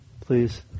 please